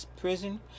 prison